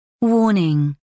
Warning